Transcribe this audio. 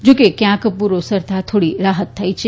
જા કે ક્યાંક પૂર ઓસરતાં થોડી રાહત થઇ છે